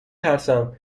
ترسم